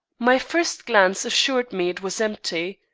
my first glance assured me it was empty.